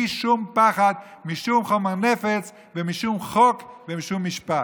שום פחד משום חומר נפץ ומשום חוק ומשום משפט?